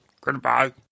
Goodbye